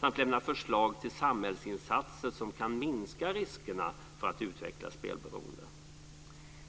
samt lämna förslag till samhällsinsatser som kan minska riskerna för att utveckla spelberoende.